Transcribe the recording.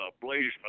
Blaze